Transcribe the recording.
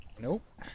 Nope